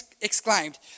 exclaimed